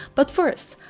but first,